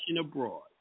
Abroad